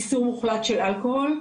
איסור מוחלט של אלכוהול.